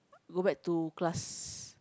go back to class